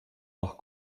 nach